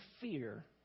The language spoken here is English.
fear